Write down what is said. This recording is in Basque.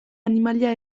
animalia